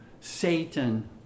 Satan